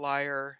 Liar